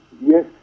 Yes